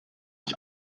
ich